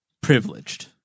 privileged